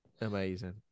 Amazing